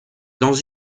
dans